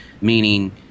meaning